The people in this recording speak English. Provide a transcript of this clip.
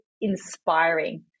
inspiring